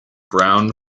brown